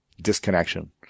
disconnection